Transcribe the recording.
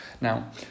Now